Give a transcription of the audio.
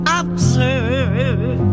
absurd